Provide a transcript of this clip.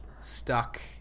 stuck